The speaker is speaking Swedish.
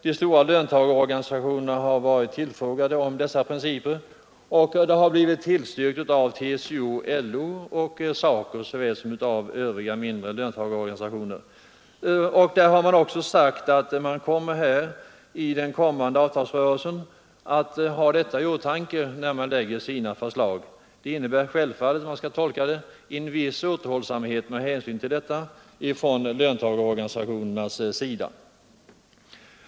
De stora löntagarorganisationerna har tillfrågats om dessa principer, varvid de tillstyrkts av LO, TCO och SACO liksom av övriga mindre löntagarorganisationer. Man har framhållit att man kommer att ha detta i åtanke, då man senare framlägger sina förslag. Det innebär självfallet en viss återhållsamhet från löntagarorganisationernas sida.